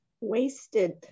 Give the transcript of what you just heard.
Wasted